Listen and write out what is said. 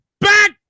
back